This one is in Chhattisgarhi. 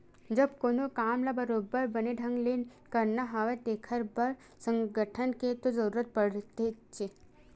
जब कोनो काम ल बरोबर बने ढंग ले करना हवय तेखर बर संगठन के तो जरुरत पड़थेचे